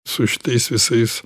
su šitais visais